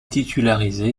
titularisé